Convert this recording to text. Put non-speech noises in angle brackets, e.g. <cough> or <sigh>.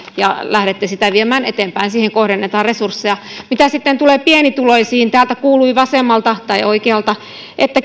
ja lähdette sitä viemään eteenpäin siihen kohdennetaan resursseja mitä sitten tulee pienituloisiin täältä kuului vasemmalta tai oikealta että <unintelligible>